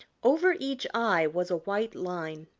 over each eye was a white line.